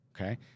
okay